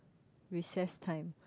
recess time